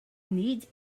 need